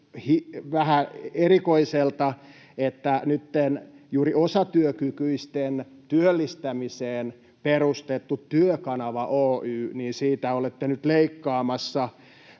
vähän erikoiselta, että kun nytten juuri osatyökykyisten työllistämiseen on perustettu Työkanava Oy, niin siitä olette nyt leikkaamassa